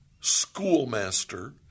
schoolmaster